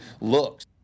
looks